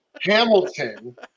Hamilton